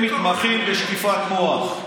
אתם מתמחים בשטיפת מוח.